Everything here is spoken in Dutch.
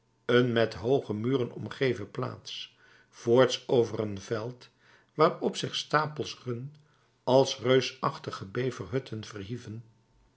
een met hooge muren omgeven plaats voorts over een veld waarop zich stapels run als reusachtige beverhutten verhieven